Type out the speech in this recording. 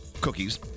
cookies